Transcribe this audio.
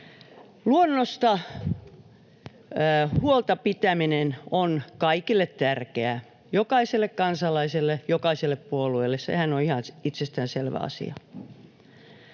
Luonnosta huolta pitäminen on kaikille tärkeää: jokaiselle kansalaiselle, jokaiselle puolueelle. Sehän on ihan itsestään selvä asia.